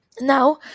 Now